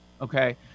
Okay